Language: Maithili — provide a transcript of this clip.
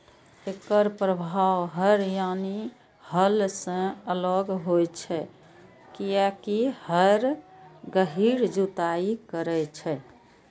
एकर प्रभाव हर यानी हल सं अलग होइ छै, कियैकि हर गहींर जुताइ करै छै